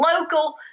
local